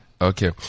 Okay